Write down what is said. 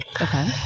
Okay